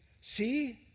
see